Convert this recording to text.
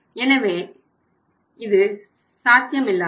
ஏனெனில் இது சாத்தியமில்லாதது